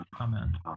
Amen